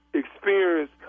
experience